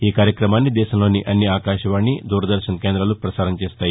ఈ కార్యక్రమాన్ని దేశంలోని అన్ని ఆకాశవాణి దూరదర్శన్ కేంద్రాలు ప్రసారం చేస్తాయి